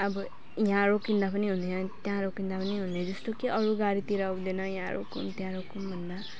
अब यहाँ रोकिँदा पनि हुने त्यहाँ रोकिँदा पनि हुने जस्तो कि अरू गाडीतिर हुँदैन यहाँ रोकौँ त्यहाँ रोकौँ भन्दा